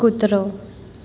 કૂતરો